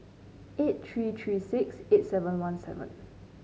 eight three three six eight seven one seven